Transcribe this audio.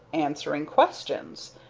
answering questions.